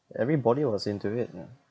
everybody was into it ah